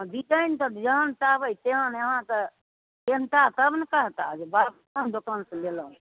design तऽ जहन चाहबै तेहन अहाँके पैन्हता तब ने कहता जे बाप रे कोन दोकान सऽ लेलहुॅं